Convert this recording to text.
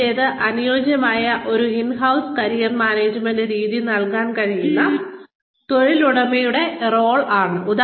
ആദ്യത്തേത് അനുയോജ്യമായ ഒരു ഇൻ ഹൌസ് കരിയർ മാനേജ്മെന്റ് രീതി നൽകാൻ കഴിയുന്ന തൊഴിലുടമയുടെ റോൾ ആണ്